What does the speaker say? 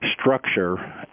structure